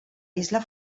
isla